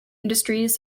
industries